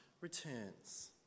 returns